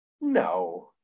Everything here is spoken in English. No